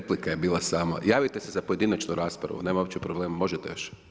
Replika je bila samo, javite se za pojedinačnu raspravu, nema uopće problema, možete još.